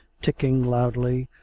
ticking loudly,